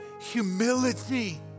humility